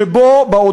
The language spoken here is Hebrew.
ובה,